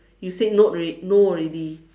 you said no rea~ no already